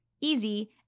easy